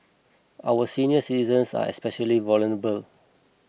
our senior citizens are especially vulnerable